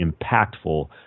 impactful